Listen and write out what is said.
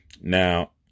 Now